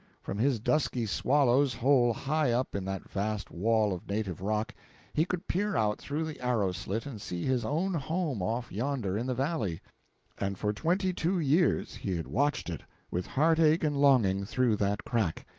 from his dusky swallow's hole high up in that vast wall of native rock he could peer out through the arrow-slit and see his own home off yonder in the valley and for twenty-two years he had watched it, with heartache and longing, through that crack.